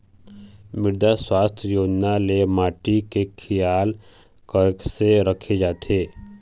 मृदा सुवास्थ योजना ले माटी के खियाल कइसे राखे जाथे?